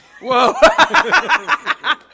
Whoa